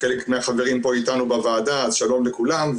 חלק מהחברים פה איתנו בוועדה, אז שלום לכולם.